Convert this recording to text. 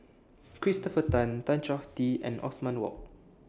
Christopher Tan Tan Choh Tee and Othman Wok